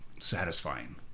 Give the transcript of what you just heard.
satisfying